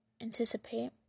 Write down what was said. anticipate